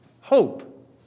Hope